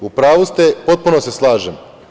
U pravu ste, potpuno se slažem.